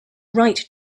write